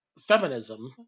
feminism